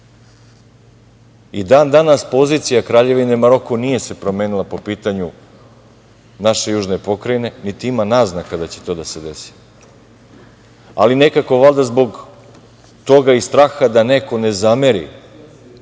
I dan-danas pozicija Kraljevine Maroko nije se promenila po pitanju naše južne pokrajine, niti ima naznake da će to da se desi. Ali, nekako valjda iz straha da neko ne zameri